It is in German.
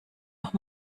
noch